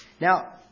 Now